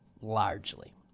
Largely